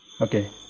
Okay